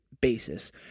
basis